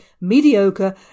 mediocre